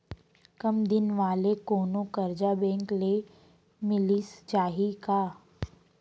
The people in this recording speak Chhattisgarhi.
कम दिन वाले कोनो करजा बैंक ले मिलिस जाही का?